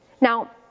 Now